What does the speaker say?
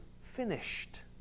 finished